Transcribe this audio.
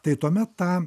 tai tuomet tą